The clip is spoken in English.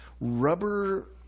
rubber